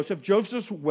Joseph